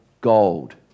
gold